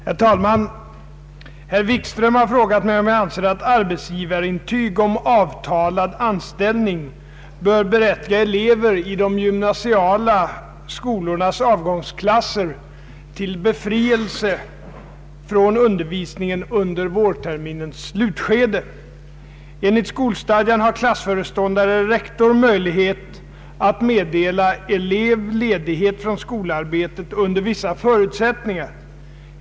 Herr talman! Herr Wikström har frågit mig om jag anser att arbetsgivarintyg om avtalad anställning bör berättiga elever i de gymnasiala skolornas avgångsklasser till befrielse från undervisningen under vårterminens slutskede. Enligt skolstadgan har klassföreståndare eller rektor möjlighet att meddela elev ledighet från skolarbetet under vissa förutsättningar.